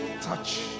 Touch